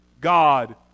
God